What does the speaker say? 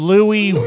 Louis